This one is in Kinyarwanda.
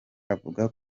avuga